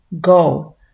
Go